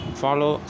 follow